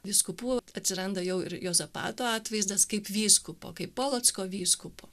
vyskupų atsiranda jau ir juozapato atvaizdas kaip vyskupo kaip polocko vyskupo